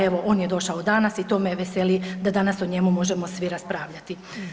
Evo on je došao danas i to me veseli da danas o njemu možemo svi raspravljati.